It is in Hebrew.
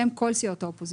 הצבעה ההסתייגות לא התקבלה.